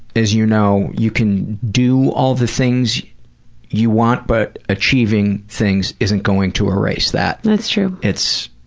as you know, you can do all the things you want, but achieving things isn't going to erase that. that's true. it's